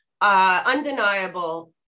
undeniable